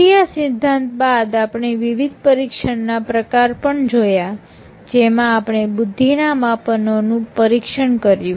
પ્રક્રિયા સિદ્ધાંત બાદ આપણે વિવિધ પરીક્ષણ ના પ્રકાર પણ જોયા જેમાં આપણે બુદ્ધિના માપનોનું પરીક્ષણ કર્યું